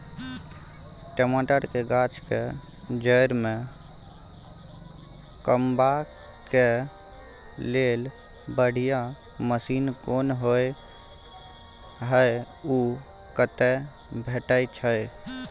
टमाटर के गाछ के जईर में कमबा के लेल बढ़िया मसीन कोन होय है उ कतय भेटय छै?